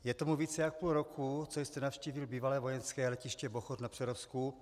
Je tomu více jak půl roku, co jste navštívil bývalé vojenské letiště Bochoř na Přerovsku.